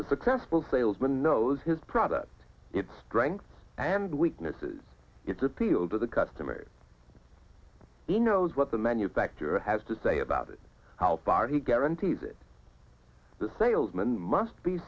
the successful salesman knows his product its strengths and weaknesses its appeal to the customers he knows what the manufacturer has to say about it how far he guarantees it the salesman must be